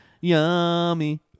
Yummy